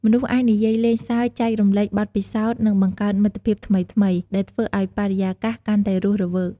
មនុស្សអាចនិយាយលេងសើច ចែករំលែកបទពិសោធន៍ និងបង្កើតមិត្តភាពថ្មីៗ ដែលធ្វើឱ្យបរិយាកាសកាន់តែរស់រវើក។